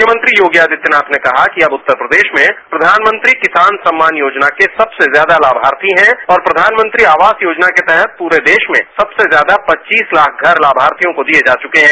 मुख्यमंत्री योगी आदित्यनाथ ने कहा कि अब उत्तर प्रदेश में प्रधानमंत्री किसान सम्मान योजना के सबसे ज्यादा लाभार्थी हैं और प्रधानमंत्री आवास योजना के तहत पूरे देश में सबसे ज्यादा पचीस लाख घर लाभार्थियों को दिए जा चुके हैं